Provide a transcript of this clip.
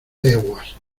leguas